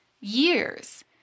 years